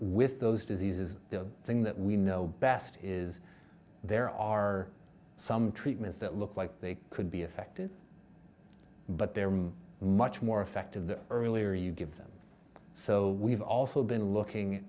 with those diseases the thing that we know best is there are some treatments that look like they could be effective but they're much much more effective the earlier you give them so we've also been looking